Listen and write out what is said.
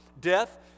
death